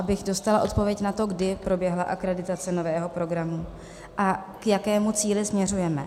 Abych dostala odpověď na to, kdy proběhla akreditace nového programu a k jakému cíli směřujeme.